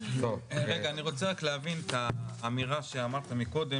אני רוצה להבין את האמירה שאמרת מקודם